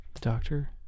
doctor